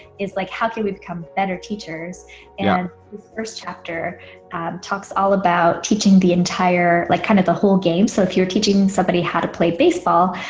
is like how can we become better teachers and on the first chapter talks all about teaching the entire like kind of the whole game so if you're teaching somebody how to play baseball,